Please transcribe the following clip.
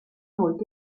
molte